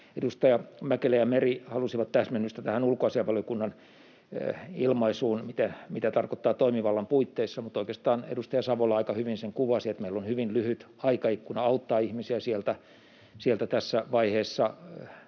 Edustaja Mäkelä ja Meri halusivat täsmennystä tähän ulkoasiainvaliokunnan ilmaisuun, mitä tarkoittaa ”toimivallan puitteissa”, mutta oikeastaan edustaja Savola aika hyvin sen kuvasi, että meillä on hyvin lyhyt aikaikkuna auttaa ihmisiä tässä vaiheessa